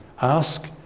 ask